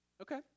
Okay